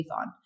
on